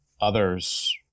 others